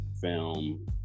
film